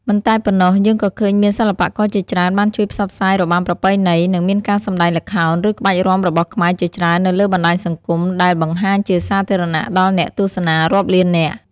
មិនតែប៉ុណ្ណោះ យើងក៏ឃើញមានសិល្បករជាច្រើនបានជួយផ្សព្វផ្សាយរបាំប្រពៃណី និងមានការសម្តែងល្ខោន ឬក្បាច់រាំរបស់ខ្មែរជាច្រើននៅលើបណ្ដាញសង្គម ដែលបង្ហាញជាសាធារណៈដល់អ្នកទស្សនារាប់លាននាក់។